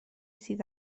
sydd